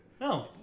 No